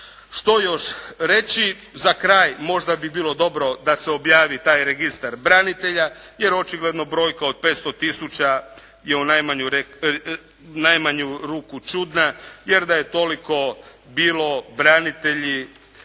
Što još reći? Za kraj, možda bi bilo dobro da se objavi taj Registar branitelja jer očigledno brojka od 500 tisuća je u najmanju ruku čudna jer da je toliko bilo branitelji